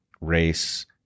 race